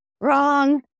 wrong